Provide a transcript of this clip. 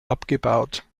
abgebaut